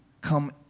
come